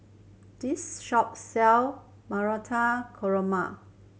this shop sell Marata Koroma